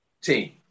team